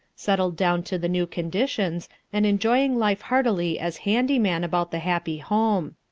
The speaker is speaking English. settled down to the new conditions, and enjoying life heartily as handy-man about the happy home.